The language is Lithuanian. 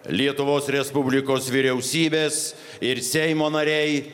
lietuvos respublikos vyriausybės ir seimo nariai